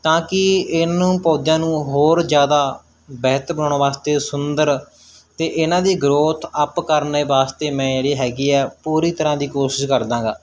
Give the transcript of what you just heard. ਤਾਂ ਕਿ ਇਹਨੂੰ ਪੌਦਿਆਂ ਨੂੰ ਹੋਰ ਜ਼ਿਆਦਾ ਬਿਹਤਰ ਬਣਾਉਣ ਵਾਸਤੇ ਸੁੰਦਰ ਅਤੇ ਇਹਨਾਂ ਦੀ ਗਰੋਥ ਅੱਪ ਕਰਨੇ ਵਾਸਤੇ ਮੈਂ ਜਿਹੜੀ ਹੈਗੀ ਹੈ ਪੂਰੀ ਤਰ੍ਹਾਂ ਦੀ ਕੋਸ਼ਿਸ਼ ਕਰਦਾਂ ਗਾ